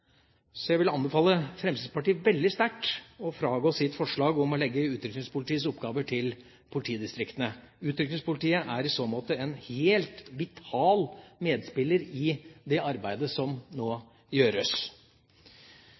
Så jeg vil anbefale Fremskrittspartiet veldig sterkt å gå fra sitt forslag om å legge utrykningspolitiets oppgaver til politidistriktene. Utrykningspolitiet er en helt vital medspiller i det arbeidet som nå gjøres.